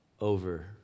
over